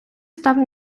ставлю